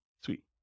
Sweet